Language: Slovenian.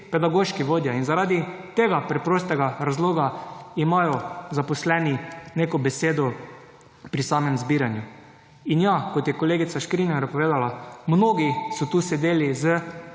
pedagoški vodja. In zaradi tega preprostega razloga imajo zaposleni neko besedo pri samem zbiranju. In ja, kot je kolegica Škrinjar povedala, mnogi so tu sedeli s